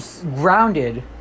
grounded